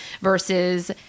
versus